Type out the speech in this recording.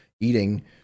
eating